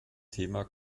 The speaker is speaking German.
thema